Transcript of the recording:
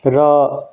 र